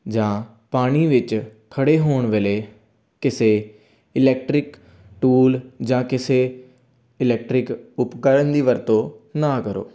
ਜਾਂ ਪਾਣੀ ਵਿੱਚ ਖੜੇ ਹੋਣ ਵੇਲੇ ਕਿਸੇ ਇਲੈਕਟਰਿਕ ਟੂਲ ਜਾਂ ਕਿਸੇ ਇਲੈਕਟ੍ਰਿਕ ਉਪਕਰਨ ਦੀ ਵਰਤੋਂ ਨਾ ਕਰੋ